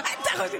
מה אתה חושב?